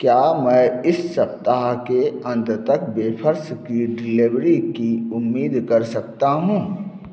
क्या मैं इस सप्ताह के अंत तक बेफर्स की डिलीवरी की उम्मीद कर सकता हूँ